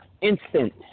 instant